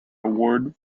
award